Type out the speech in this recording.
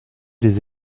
des